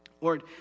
lord